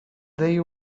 they